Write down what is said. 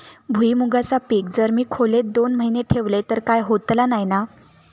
भुईमूगाचा पीक जर मी खोलेत दोन महिने ठेवलंय तर काय होतला नाय ना?